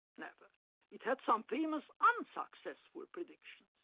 never! it had some famous unsuccessful predictions.